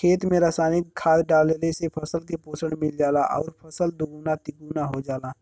खेत में रासायनिक खाद डालले से फसल के पोषण मिल जाला आउर फसल दुगुना तिगुना हो जाला